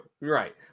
right